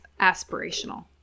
aspirational